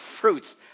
fruits